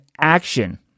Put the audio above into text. action